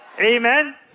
Amen